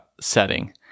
setting